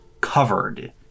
covered